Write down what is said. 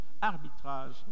arbitrage